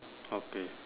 okay